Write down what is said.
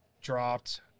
dropped